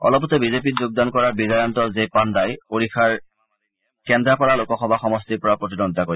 অলপতে বিজেপিত যোগদান কৰা বিজায়ন্ত জে পাণ্ডাই ওড়িশাৰ কেন্দ্ৰাপাৰা লোকসভা সমষ্টিপৰা প্ৰতিদ্বন্দ্বিতা কৰিব